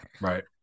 right